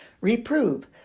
reprove